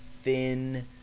thin